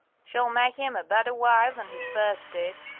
she'll make him a better wife than his first did.